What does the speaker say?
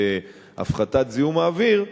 בהפחתת זיהום האוויר,